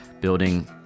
building